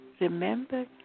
Remember